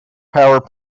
power